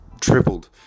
tripled